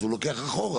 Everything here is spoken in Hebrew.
אז הוא לוקח אחורה.